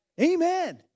Amen